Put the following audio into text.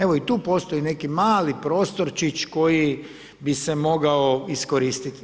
Evo i tu postoji neki mali prostorčić koji bi se mogao iskoristiti.